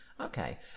Okay